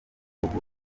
ruguru